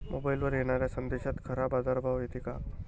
मोबाईलवर येनाऱ्या संदेशात खरा बाजारभाव येते का?